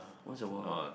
once a while lah